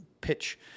pitch